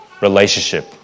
relationship